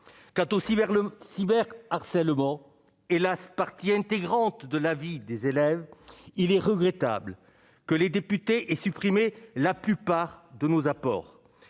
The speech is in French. vers le cyber harcèlement, hélas, partie intégrante de la vie des élèves, il est regrettable que les députés et supprimé la plupart de nos apports,